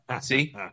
See